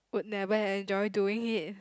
would never enjoy doing it